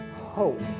hope